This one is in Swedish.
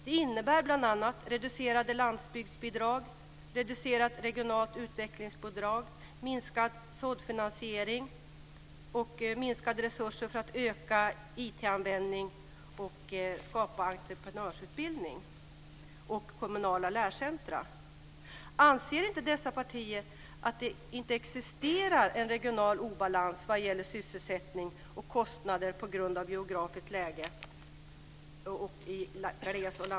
Det innebär bl.a. reducerade landsbygdsbidrag, reducerat regionalt utvecklingsbidrag, minskad såddfinansiering och minskade resurser för att öka IT användningen och skapa en entreprenörsutbildning och kommunala lärocentrum. Anser dessa partier att det inte existerar en regional obalans vad gäller sysselsättning och kostnader på grund av geografiskt läge?